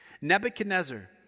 Nebuchadnezzar